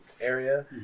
area